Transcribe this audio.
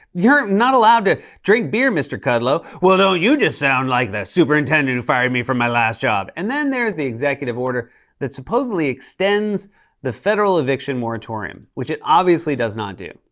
you are not allowed to drink beer, mr. kudlow. well, don't you just sound like the superintendent who fired me from my last job? and then there's the executive order that supposedly extends the federal eviction moratorium, which it obviously does not do.